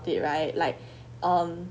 it right like um